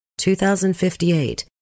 2058